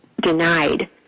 denied